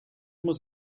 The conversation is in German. muss